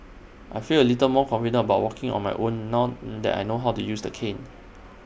I feel A little more confident about walking on my own now that I know how to use the cane